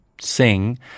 sing